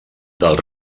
del